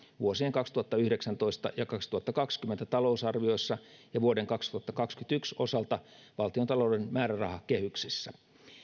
vuosien kaksituhattayhdeksäntoista ja kaksituhattakaksikymmentä talousarvioissa ja vuoden kaksituhattakaksikymmentäyksi osalta valtiontalouden määrärahakehyksissä